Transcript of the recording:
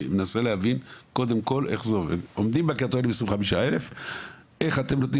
אני מנסה להבין, קודם כול, איך זה עובד.